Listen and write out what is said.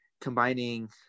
combining